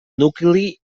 nucli